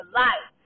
life